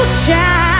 shine